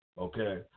Okay